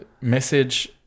message